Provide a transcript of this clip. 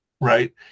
right